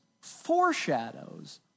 foreshadows